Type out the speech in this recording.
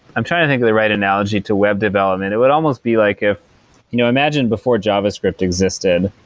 i'm trying to think of a right analogy to web development. it would almost be like if you know imagine before javascript existed,